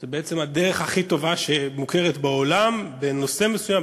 זו בעצם הדרך הכי טובה שמוכרת בעולם בנושא מסוים,